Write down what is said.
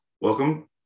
Welcome